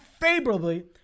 favorably